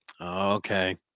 Okay